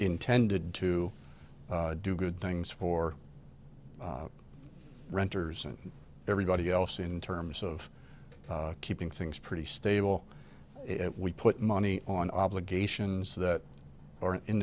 intended to do good things for renters and everybody else in terms of keeping things pretty stable it we put money on obligations that aren't in